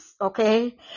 okay